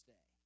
Day